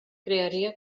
crearia